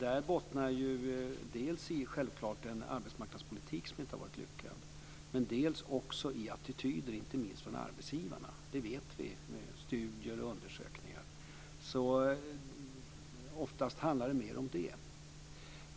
Det bottnar självfallet dels i en arbetsmarknadspolitik som inte har varit lyckad, dels i attityder, inte minst från arbetsgivarna. Det vet vi genom studier och undersökningar. Oftast handlar det mer om det.